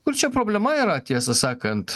kur čia problema yra tiesą sakant